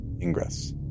ingress